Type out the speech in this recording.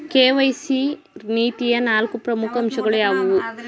KYC ನೀತಿಯ ನಾಲ್ಕು ಪ್ರಮುಖ ಅಂಶಗಳು ಯಾವುವು?